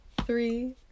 three